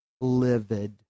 livid